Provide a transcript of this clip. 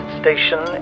station